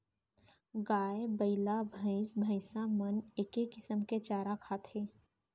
गाय, बइला, भईंस भईंसा मन एके किसम के चारा खाथें